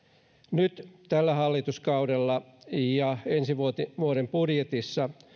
nyt tällä hallituskaudella ja ensi vuoden vuoden budjetissa